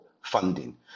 funding